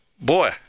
Boy